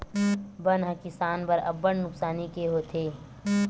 बन ह किसान बर अब्बड़ नुकसानी के होथे